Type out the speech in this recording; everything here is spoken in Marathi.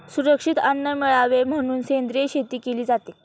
सुरक्षित अन्न मिळावे म्हणून सेंद्रिय शेती केली जाते